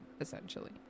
essentially